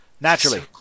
Naturally